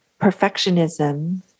perfectionism